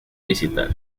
visitar